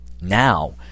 Now